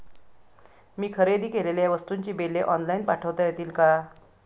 मी खरेदी केलेल्या वस्तूंची बिले ऑनलाइन पाठवता येतील का?